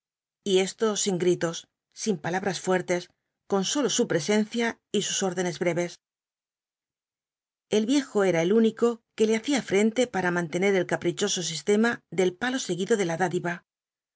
y esto sin gritos sin palabras fuertes con solo su presencia y sus órdenesbreves el viejo era el único que le hacía frente para mantener el caprichoso sistema del palo seguido de la dádiva